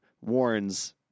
warns